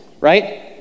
right